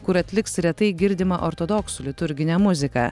kur atliks retai girdimą ortodoksų liturginę muziką